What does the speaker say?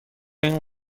این